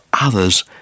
others